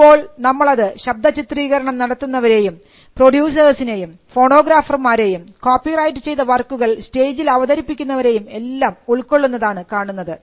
ഇപ്പോൾ നമ്മൾ അത് ശബ്ദ ചിത്രീകരണം നടത്തുന്നവരേയും പ്രൊഡ്യൂസേഴ്സിനേയും ഫോണോഗ്രാഫർമാരേയും കോപ്പിറൈറ്റ് ചെയ്ത വർക്കുകൾ സ്റ്റേജിൽ അവതരിപ്പിക്കുന്നവരെയും എല്ലാം ഉൾക്കൊള്ളുന്നതാണ് കാണുന്നത്